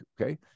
Okay